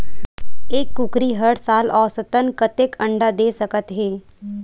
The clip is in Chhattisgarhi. एक कुकरी हर साल औसतन कतेक अंडा दे सकत हे?